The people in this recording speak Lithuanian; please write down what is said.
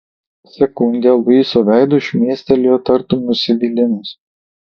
sekundę luiso veidu šmėstelėjo tartum nusivylimas